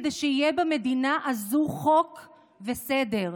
כדי שיהיה במדינה הזו חוק וסדר,